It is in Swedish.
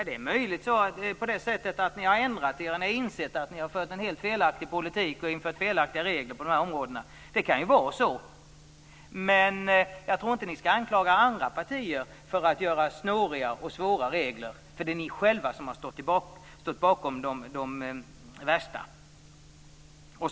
Det är möjligt att ni har ändrat er, att ni har insett att ni har fört en felaktig politik och infört felaktiga regler, men ni borde inte anklaga andra partier för att vilja ha snåriga och svåra regler. Det är ju ni själva som har stått bakom de värsta reglerna.